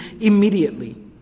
immediately